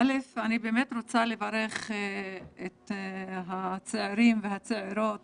אני באמת רוצה לברך את הצעירים והצעירות